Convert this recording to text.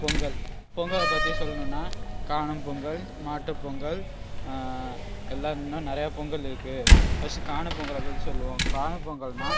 பொங்கல் பொங்கலை பற்றி சொல்லணுன்னா காணும் பொங்கல் மாட்டுப் பொங்கல் எல்லா இன்னும் நிறையா பொங்கல் இருக்குது ஃபஸ்ட்டு காணும் பொங்கலை பற்றி சொல்லுவோம் காணும் பொங்கல்னா